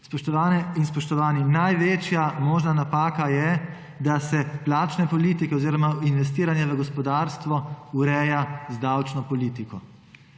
Spoštovane in spoštovani, največja možna napaka je, da se plačne politike oziroma investiranje v gospodarstvo ureja z davčno politiko.